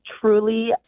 truly